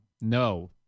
No